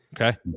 Okay